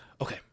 Okay